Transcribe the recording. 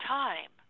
time